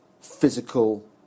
physical